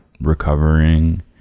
recovering